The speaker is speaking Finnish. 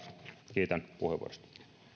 kiitän puheenvuorosta